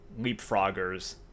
leapfroggers